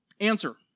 Answer